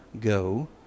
go